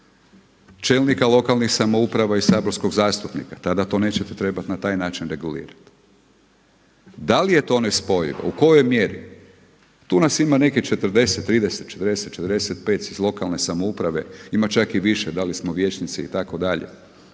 čelnika lokalnih samouprava i saborskog zastupnika, tada to nećete trebati na taj način regulirati. Da li je to nespojivo, u kojoj mjeri. Tu nas ima nekih 40, 30, 40, 45 iz lokalne samouprave, ima čak i više, da li smo vijećnici itd., da